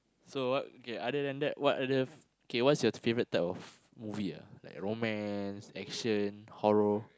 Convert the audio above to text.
so what okay other than that what other K what is your favourite type of movie ah like romance action horror